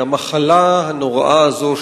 שהמחלה הנוראה הזאת,